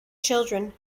children